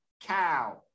cow